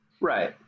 right